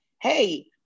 hey